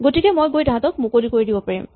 গতিকে মই গৈ তাঁহাতক মুকলি কৰি দিব পাৰিম